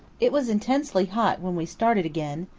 it was intensely hot when we started again,